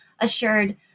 assured